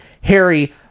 Harry